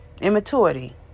immaturity